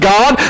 God